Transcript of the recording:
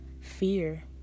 fear